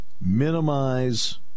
Minimize